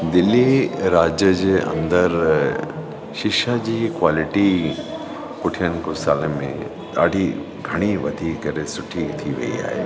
दिल्ली राज्य जे अंदरि शिक्षा जी क्वालिटी पुठियनि कुझु सालनि में ॾाढी घणी वधी करे सुठी थी वयी आहे